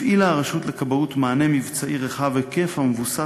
הפעילה הרשות לכבאות מענה מבצעי רחב היקף המבוסס